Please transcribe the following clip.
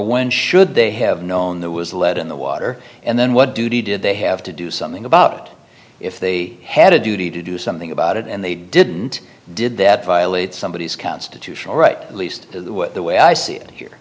when should they have known there was a lead in the water and then what duty did they have to do something about it if they had a duty to do something about it and they didn't did that violate somebodies constitutional right at least the way i see it here